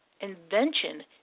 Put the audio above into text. Invention